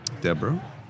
Deborah